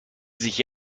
sich